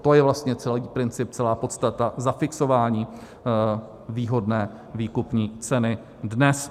To je vlastně celý princip, celá podstata zafixování výhodné výkupní ceny dnes.